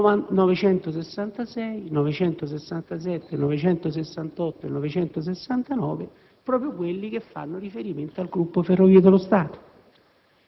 966, 967, 968 e 969 (proprio quelli che fanno riferimento al gruppo Ferrovie dello Stato),